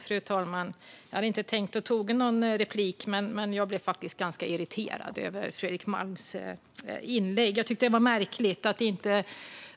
Fru talman! Jag hade inte tänkt ta någon replik, men jag blev ganska irriterad över Fredrik Malms anförande. Det är märkligt att